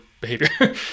behavior